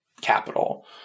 capital